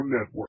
Network